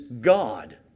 God